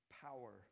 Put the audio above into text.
power